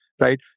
right